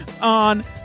on